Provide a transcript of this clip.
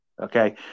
okay